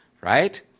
right